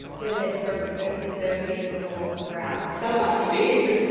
whether they're for earth observing or for our satellite tv even.